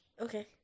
Okay